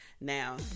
now